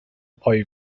پایه